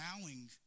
bowing